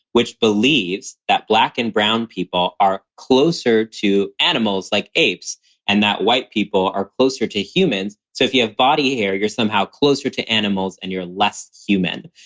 which believes that black and brown people are closer to animals like apes and that white people are closer to humans. so if you have body hair, you're somehow closer to animals and you're less human.